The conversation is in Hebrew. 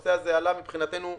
הנושא הזה עלה, מבחינתנו,